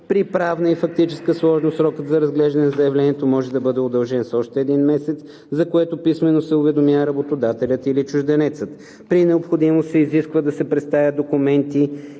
При правна и фактическа сложност срокът за разглеждане на заявлението може да бъде удължен с още един месец, за което писмено се уведомява работодателят или чужденецът. При необходимост се изисква да се представят документи